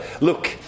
look